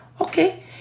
Okay